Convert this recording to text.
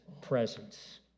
presence